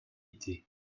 été